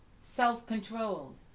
self-controlled